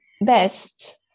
best